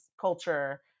culture